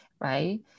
Right